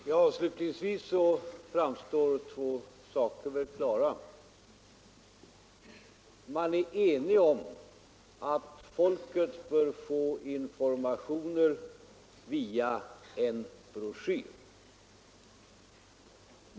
Herr talman! Två saker framstår avslutningsvis som klara. Man är enig om att folket bör få information via en broschyr.